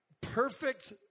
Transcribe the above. perfect